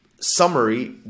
summary